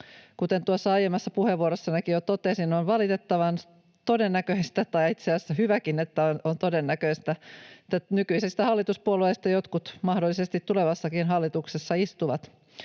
tuossa aiemmassakin puheenvuorossani jo totesin, on valitettavan todennäköistä — tai itse asiassa hyväkin, että on todennäköistä — että nykyisistä hallituspuolueista jotkut mahdollisesti tulevassakin hallituksessa istuvat.